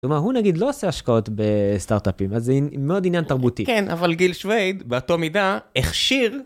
הוא נגיד לא עושה השקעות בסטארט-אפים, אז זה מאוד עניין תרבותי. כן, אבל גיל שווייד, באותה מידה, הכשיר...